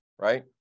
right